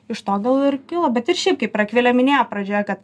iš to gal ir kilo bet ir šiaip kaip ir akvilė minėjo pradžioje kad